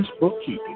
Bookkeeping